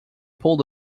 pulled